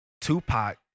Tupac